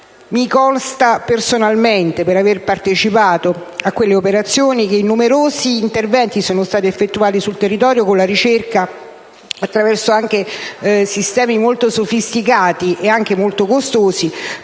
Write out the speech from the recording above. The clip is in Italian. Mi consta personalmente, per aver partecipato a quelle operazioni, che numerosi interventi sono stati effettuati sul territorio, attraverso sistemi di ricerca molto sofisticati e anche molto costosi